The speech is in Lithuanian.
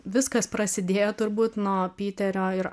viskas prasidėjo turbūt nuo piterio ir